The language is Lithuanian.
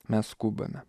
mes skubame